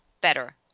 better